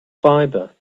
fibre